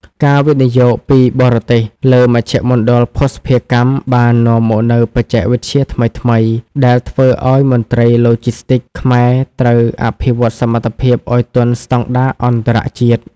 ការវិនិយោគពីបរទេសលើមជ្ឈមណ្ឌលភស្តុភារកម្មបាននាំមកនូវបច្ចេកវិទ្យាថ្មីៗ ដែលធ្វើឱ្យមន្ត្រីឡូជីស្ទីកខ្មែរត្រូវអភិវឌ្ឍសមត្ថភាពឱ្យទាន់ស្តង់ដារអន្តរជាតិ។